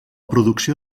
producció